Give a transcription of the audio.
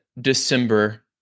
December